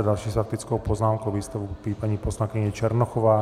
S další faktickou poznámkou vystoupí paní poslankyně Černochová.